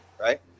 Right